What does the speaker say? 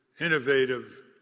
innovative